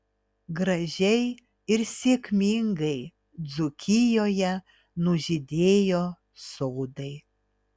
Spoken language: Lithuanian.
gražiai ir sėkmingai dzūkijoje nužydėjo sodai